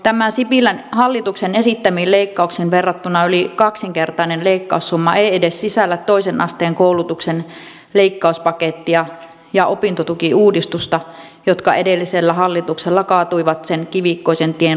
tämä sipilän hallituksen esittämiin leikkauksiin verrattuna yli kaksinkertainen leikkaussumma ei edes sisällä toisen asteen koulutuksen leikkauspakettia ja opintotukiuudistusta jotka edellisellä hallituksella kaatuivat sen kivikkoisen tien loppusuoralla